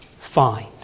find